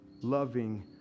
loving